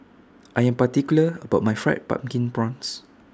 I Am particular about My Fried Pumpkin Prawns